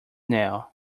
nail